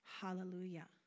Hallelujah